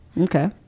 okay